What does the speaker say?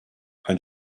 and